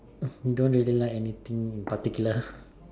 don't really like anything in particular